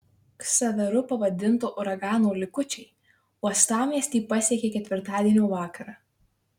ksaveru pavadinto uragano likučiai uostamiestį pasiekė ketvirtadienio vakarą